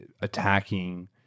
attacking